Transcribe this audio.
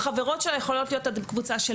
החברות שלה יכולות להיות עד קבוצה של